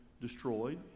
Destroyed